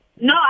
No